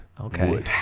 okay